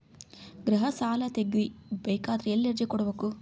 ಗೃಹ ಸಾಲಾ ತಗಿ ಬೇಕಾದರ ಎಲ್ಲಿ ಅರ್ಜಿ ಕೊಡಬೇಕು?